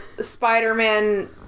Spider-Man